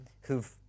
who've